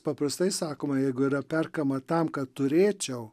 paprastai sakoma jeigu yra perkama tam kad turėčiau